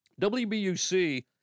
WBUC